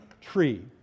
tree